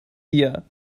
dir